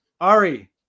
Ari